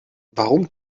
warum